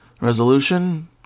resolution